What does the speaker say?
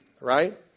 right